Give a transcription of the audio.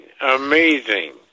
Amazing